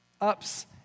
ups